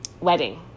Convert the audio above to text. wedding